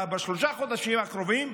בשלושת החודשים הקרובים,